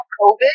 COVID